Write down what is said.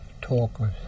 talkers